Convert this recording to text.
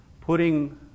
Putting